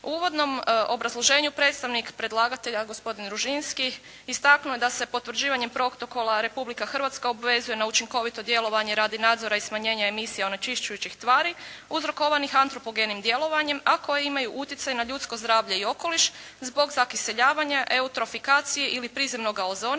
U uvodnom obrazloženju predstavnik predlagatelja gospodin Ružinski istaknuo je da se potvrđivanjem protokola Republika Hrvatska obvezuje na učinkovito djelovanje radi nadzora i smanjenja emisija onečišćujućih tvari uzrokovanih antropogenim djelovanjem a koji imaju utjecaj na ljudsko zdravlje i okoliš zbog zakiseljavanja, eutrofikacije ili prizemnoga ozona